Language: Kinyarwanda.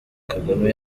kagame